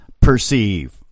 perceive